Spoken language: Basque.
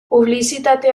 publizitate